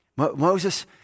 Moses